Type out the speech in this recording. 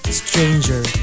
stranger